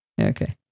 Okay